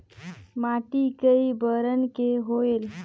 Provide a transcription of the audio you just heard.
माटी कई बरन के होयल?